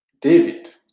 David